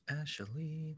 Ashley